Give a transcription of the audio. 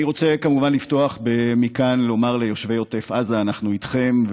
אני רוצה כמובן לפתוח מכאן ולומר ליושבי עוטף עזה: אנחנו איתכם,